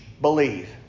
believe